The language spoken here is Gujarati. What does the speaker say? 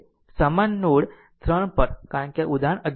સમાન નોડ 3 પર કારણ કે આ ઉદાહરણ 11 છે